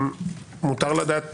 מותר לדעת